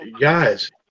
guys